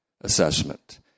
assessment